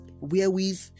wherewith